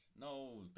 No